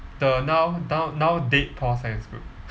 the now now now dead pol science group